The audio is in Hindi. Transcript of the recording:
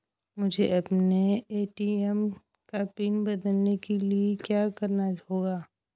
मुझे अपने ए.टी.एम का पिन बदलने के लिए क्या करना होगा?